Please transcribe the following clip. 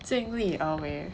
尽力而为